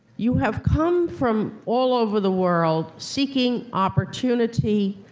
you have come from all over the world seeking opportunity,